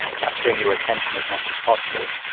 capturing your attention as much as possible.